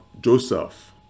Joseph